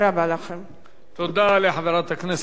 תודה לחברת הכנסת מרינה סולודקין.